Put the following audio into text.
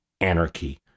anarchy